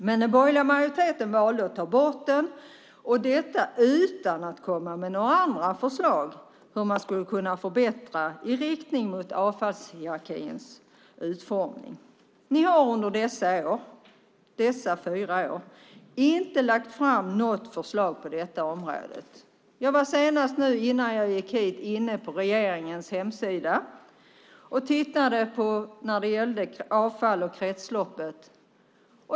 Den borgerliga majoriteten valde att ta bort den utan att komma med förslag på hur man skulle kunna förbättra i riktning mot avfallshierarkins utformning. Ni har under dessa fyra år inte lagt fram något förslag på detta område. Innan jag gick hit till kammaren tittade jag på regeringens hemsida efter vad som fanns om avfall och kretslopp.